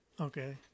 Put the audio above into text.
Okay